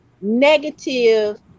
negative